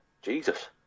Jesus